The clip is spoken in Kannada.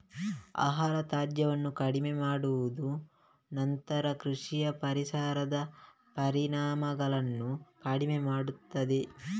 ಆಹಾರ ತ್ಯಾಜ್ಯವನ್ನು ಕಡಿಮೆ ಮಾಡುವುದು ನಂತರ ಕೃಷಿಯ ಪರಿಸರದ ಪರಿಣಾಮಗಳನ್ನು ಕಡಿಮೆ ಮಾಡುತ್ತದೆ